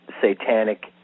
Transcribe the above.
satanic